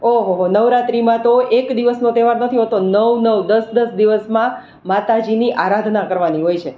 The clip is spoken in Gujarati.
ઓહો હો નવરાત્રિમાં તો એક દિવસનો તહેવાર નથી હોતો નવ નવ દસ દસ દિવસમાં માતાજીની આરાધના કરવાની હોય છે